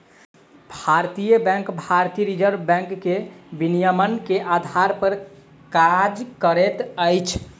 भारतीय बैंक भारतीय reserve bank के विनियमन के आधार पर काज करैत अछि